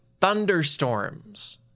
thunderstorms